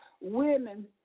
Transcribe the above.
women